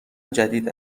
جدید